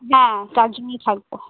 হ্যাঁ চারজনই থাকব